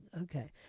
Okay